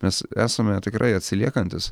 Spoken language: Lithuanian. mes esame tikrai atsiliekantis